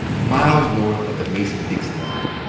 miles north of the mason-dixon line,